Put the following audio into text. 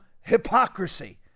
hypocrisy